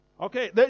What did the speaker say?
Okay